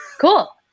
cool